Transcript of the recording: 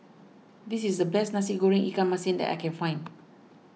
this is the best Nasi Goreng Ikan Masin that I can find